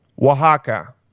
Oaxaca